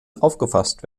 aufgefasst